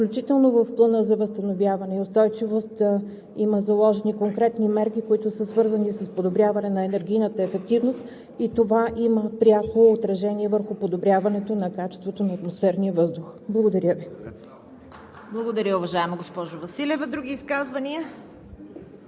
включително в Плана за установяване и устойчивост има заложени конкретни мерки, които са свързани с подобряване на енергийната ефективност и това има пряко отражение върху подобряването на качеството на атмосферния въздух. Благодаря Ви. ПРЕДСЕДАТЕЛ ЦВЕТА КАРАЯНЧЕВА: Благодаря Ви, уважаема госпожо Василева. Други изказвания?